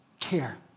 Care